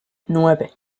nueve